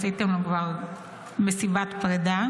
כבר עשיתם לו מסיבת פרידה.